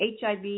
HIV